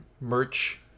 merch